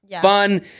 fun